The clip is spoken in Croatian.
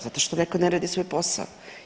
Zato što netko ne radi svoj posao.